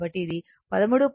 కాబట్టి ఇది 13